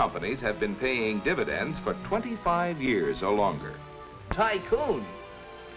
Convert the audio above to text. companies have been paying dividends for twenty five years or longer tyco